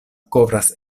kovras